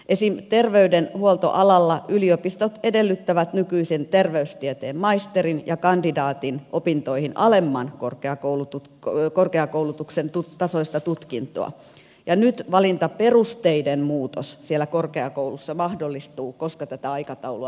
esimerkiksi terveydenhuoltoalalla yliopistot edellyttävät nykyisen terveystieteen maisterin ja kandidaatin opintoihin alemman korkeakoulutuksen tasoista tutkintoa ja nyt valintaperusteiden muutos siellä korkeakoulussa mahdollistuu koska tätä aikataulua lykättiin